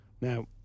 Now